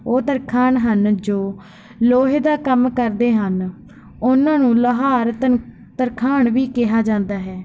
ਉਹ ਤਰਖਾਣ ਹਨ ਜੋ ਲੋਹੇ ਦਾ ਕੰਮ ਕਰਦੇ ਹਨ ਉਨ੍ਹਾਂ ਨੂੰ ਲੁਹਾਰ ਤਨ ਤਰਖਾਣ ਵੀ ਕਿਹਾ ਜਾਂਦਾ ਹੈ